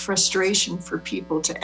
frustration for people to